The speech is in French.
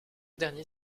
dernier